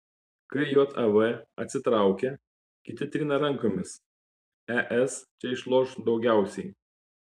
kai jav atsitraukia kiti trina rankomis es čia išloš daugiausiai